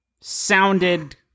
sounded